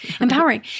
empowering